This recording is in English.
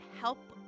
help